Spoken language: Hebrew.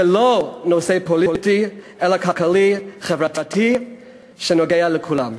זה לא נושא פוליטי אלא כלכלי חברתי שנוגע לכולם.